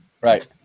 Right